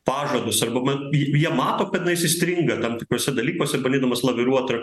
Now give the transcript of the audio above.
pažadus arba man ji jie mato kad na jis įstringa tam tikruose dalykuose pradėdamas laviruot tarp